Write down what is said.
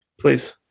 Please